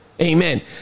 Amen